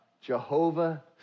Jehovah